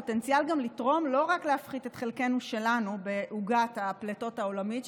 פוטנציאל גם לתרום ולא רק להפחית את חלקנו שלנו בעוגת הפליטות העולמית.